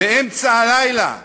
באמצע הלילה,